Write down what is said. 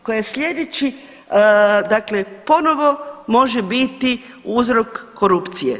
Koja je slijedeći, dakle ponovo može biti uzrok korupcije.